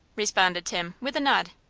responded tim, with a nod.